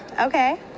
Okay